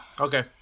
Okay